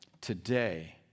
today